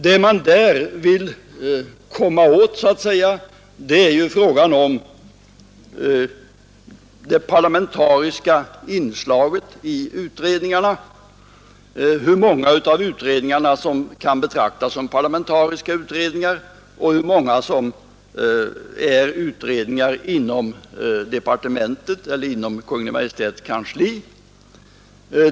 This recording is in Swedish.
Vad man där vill komma åt är frågan om det parlamentariska inslaget i utredningarna — hur många av utredningarna som kan betraktas som parlamentariska och hur många som är utredningar inom departementet eller inom Kungl. Maj:ts kansli.